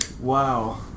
Wow